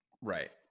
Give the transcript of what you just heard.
Right